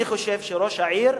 אני חושב שראש העיר,